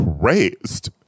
crazed